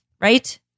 Right